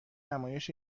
نمایش